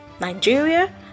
Nigeria